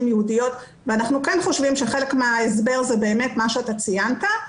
יהודיות ואנחנו כן חושבים שחלק מההסבר זה באמת מה שציינת,